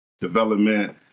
development